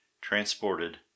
transported